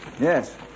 yes